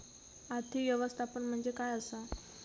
आर्थिक व्यवस्थापन म्हणजे काय असा?